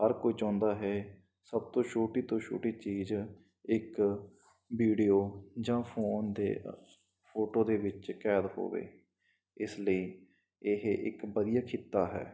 ਹਰ ਕੋਈ ਚਾਹੁੰਦਾ ਹੈ ਸਭ ਤੋਂ ਛੋਟੀ ਤੋਂ ਛੋਟੀ ਚੀਜ਼ ਇੱਕ ਵੀਡੀਓ ਜਾਂ ਫੋਨ ਦੇ ਫੋਟੋ ਦੇ ਵਿੱਚ ਕੈਦ ਹੋਵੇ ਇਸ ਲਈ ਇਹ ਇੱਕ ਵਧੀਆ ਖਿੱਤਾ ਹੈ